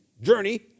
journey